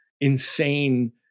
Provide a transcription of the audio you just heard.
insane